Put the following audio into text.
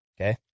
Okay